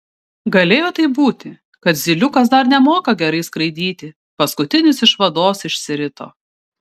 galėjo taip būti kad zyliukas dar nemoka gerai skraidyti paskutinis iš vados išsirito